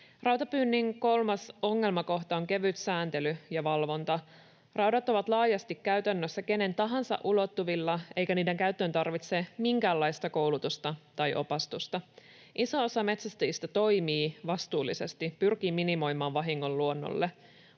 Rautapyynnin kolmas ongelmakohta on kevyt sääntely ja valvonta. Raudat ovat laajasti käytännössä kenen tahansa ulottuvilla, eikä niiden käyttöön tarvitse minkäänlaista koulutusta tai opastusta. Iso osa metsästäjistä toimii vastuullisesti ja pyrkii minimoimaan vahingon luonnolle,